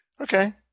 Okay